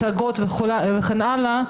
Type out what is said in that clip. הצגות וכן הלאה.